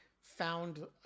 found